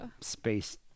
space